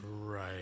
right